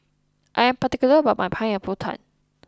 I am particular about my pineapple Tart